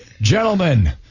Gentlemen